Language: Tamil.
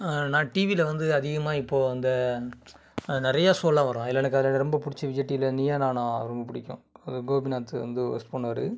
நான் டிவியில வந்து அதிகமாக இப்போது அந்த நிறைய ஷோவெலாம் வரும் அதில் எனக்கு அதில் எனக்கு ரொம்ப பிடிச்ச விஜய் டிவியில நீயா நானா ரொம்ப பிடிக்கும் அது கோபிநாத் வந்து ஹொஸ்ட் பண்ணுவார்